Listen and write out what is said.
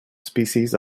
species